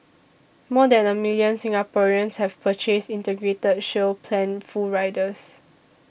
more than a million Singaporeans have purchased Integrated Shield Plan full riders